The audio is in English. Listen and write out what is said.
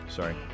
sorry